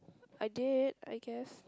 I did I guess